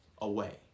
Away